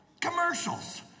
Commercials